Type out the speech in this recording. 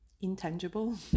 intangible